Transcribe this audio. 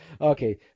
okay